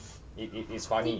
it it it's funny